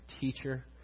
teacher